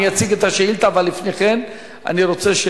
אני אציג את השאילתא, אבל לפני כן אני רוצה,